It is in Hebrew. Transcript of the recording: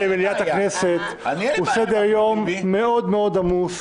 למליאת הכנסת הוא סדר יום מאוד עמוס.